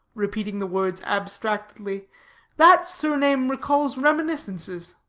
repeating the words abstractedly that surname recalls reminiscences.